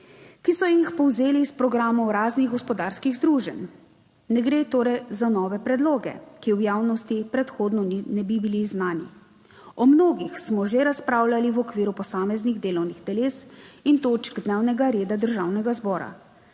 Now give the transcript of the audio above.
ki so jih povzeli iz programov raznih gospodarskih združenj. Ne gre torej za nove predloge, ki v javnosti predhodno ne bi bili znani, o mnogih smo že razpravljali v okviru posameznih delovnih teles in točk dnevnega reda Državnega zbora.